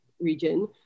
region